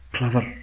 Clever